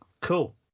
Cool